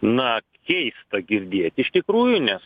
na keista girdėti iš tikrųjų nes